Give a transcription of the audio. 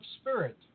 spirit